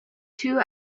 two